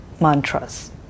mantras